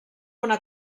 una